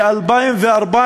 ב-2014